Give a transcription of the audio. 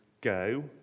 go